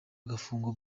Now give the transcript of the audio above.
agafungwa